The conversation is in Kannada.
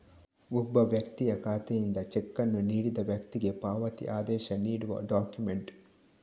ಒಬ್ಬ ವ್ಯಕ್ತಿಯ ಖಾತೆಯಿಂದ ಚೆಕ್ ಅನ್ನು ನೀಡಿದ ವ್ಯಕ್ತಿಗೆ ಪಾವತಿ ಆದೇಶ ನೀಡುವ ಡಾಕ್ಯುಮೆಂಟ್